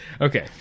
Okay